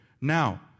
now